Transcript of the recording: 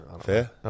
Fair